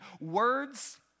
words